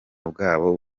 bwabo